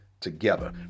together